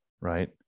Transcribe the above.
right